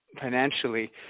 financially